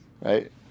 right